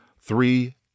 three